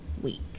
week